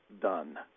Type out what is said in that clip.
done